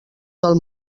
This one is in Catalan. del